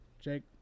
Jake